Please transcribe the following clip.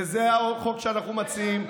וזה החוק שאנחנו מציעים.